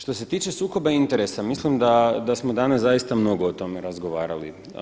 Što se tiče sukoba interesa mislim da smo danas zaista mnogo o tome razgovarali.